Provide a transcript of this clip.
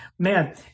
Man